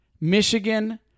Michigan